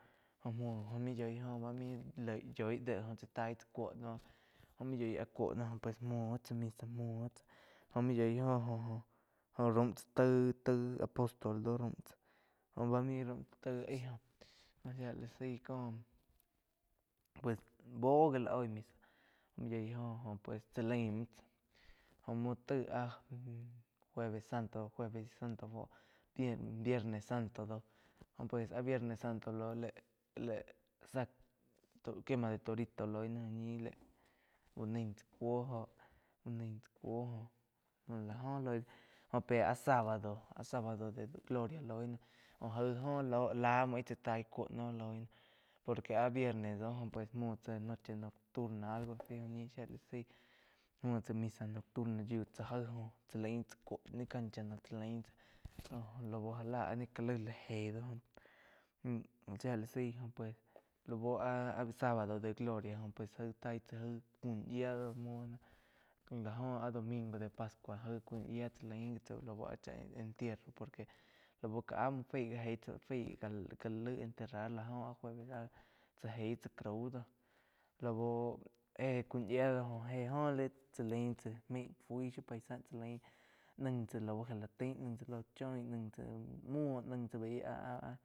Jóh muoh, muo ni yói joh déh óh tsá taíh chái kúo noh joh múo yói áh cuo jo pues múo tsá misa muo tsá jó múo yoi joh jo-jo raum tsá taí-taí apostol do joh báh main raum tsá taí aí joh shía lá zaí cóh pues buo gi la oi maín yói joh óh pues cha lain jo múo taí áh jueves santo óh viernes santo, lé-le zá quema de torito loi náh jo ñi úh naí tsá cúo, jóh láóh lói náh. Jo pe áh sábado, áh sábado de gloria loi na aig óh láh muo is tsá taih cúo noh por que ah viernes doh pues zá noche nocturna joh ñi algo a si jo ñi shía la zaí múo tsá misa nocturna yíu tsá jaí joh tsá lain tsá kúo ni cancha noh cha lain tsá lau já láh áh ni ká laig la gei do mu shia la zaí jo pues laú áh sábado de gloria jó pues taig chá gaí kuo yía do lá joh áh domingo de pascua jai kúo yiá chá lain tsá lau cha entierro por que lau ká áh muo faí já jei tsá faí já laig enterrar la joh la óh áh fuo nah cha jeí tsá crau do lau éh cúo yía do joh éh oh chá lain tsá maí fui shiu pai sá cha lain naig tsá lau gelatain Choi naig tsá muo bai ah-ah.